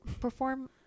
perform